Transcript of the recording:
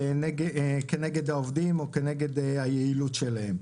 כנגד העובדים או כנגד היעילות שלהם.